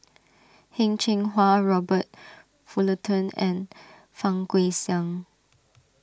Heng Cheng Hwa Robert Fullerton and Fang Guixiang